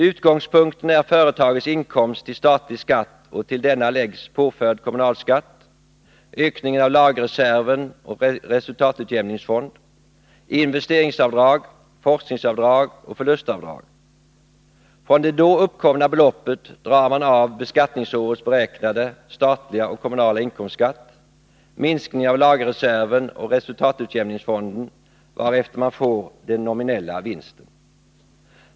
Utgångspunkten är företagets inkomst till statlig skatt och till denna läggs påförd kommunalskatt, ökningen av lagerreserv och resultatutjämningsfond, investeringsavdrag, forskningsavdrag och förlustavdrag. Från det sålunda uppkomna beloppet drar man av beskattningsårets beräknade statliga och kommunala inkomstskatt, minskningen av lagerreserven och resultatutjämningsfonden, varefter man får den nominella vinsten.